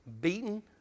beaten